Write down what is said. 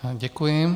Děkuji.